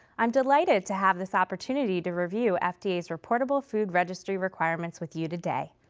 i'm delighted to have this opportunity to review fda's reportable food registry requirements with you today.